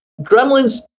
Gremlins